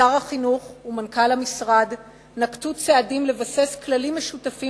שר החינוך ומנכ"ל המשרד נקטו צעדים לבסס כללים משותפים